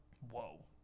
Whoa